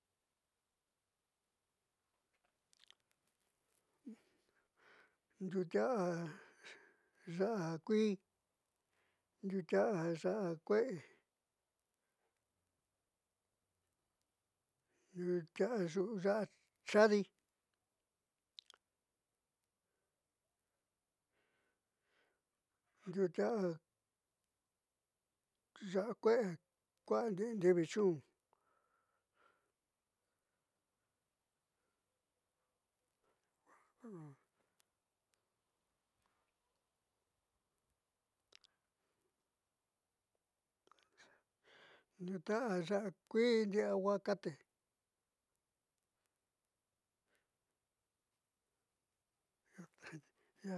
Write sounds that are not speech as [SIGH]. [NOISE] ndiutia'a ya'a kuii ndiutiaá ya'a kue'e ndiutia'a ya'a cha'adi ndiutia'a ya'a kue'e kua'a ndi'i ndiuichun. [HESITATION] ndiutia'a ya'a kuii ndi'i aguacate. [NOISE]